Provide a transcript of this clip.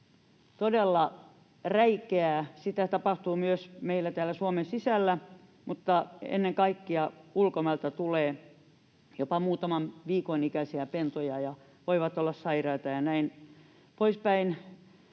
todella räikeää, sitä tapahtuu myös meillä täällä Suomen sisällä, mutta ennen kaikkea ulkomailta tulee jopa muutaman viikon ikäisiä pentuja, ja ne voivat olla sairaita ja näin poispäin.